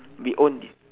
we own th~